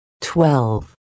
Twelve